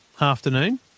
afternoon